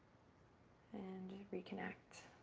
and reconnect.